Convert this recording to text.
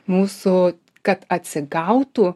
mūsų kad atsigautų